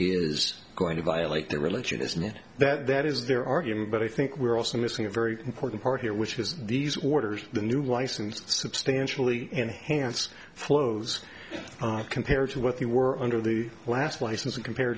is going to violate their religion isn't it that that is their argument but i think we're also missing a very important part here which is these orders the new license substantially enhance flows compared to what they were under the last license and compare